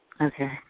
Okay